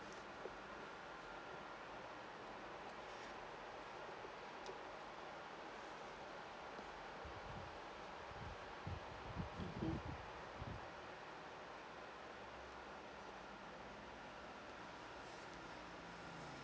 mm